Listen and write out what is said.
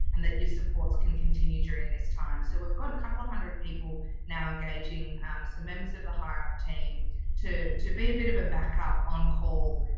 and that your supports can continue during this time. so we've got a couple hundred people now engaging some members of the hireup team to to be a bit of a backup on call.